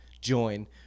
join